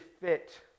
fit